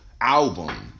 album